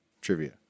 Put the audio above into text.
Trivia